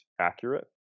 accurate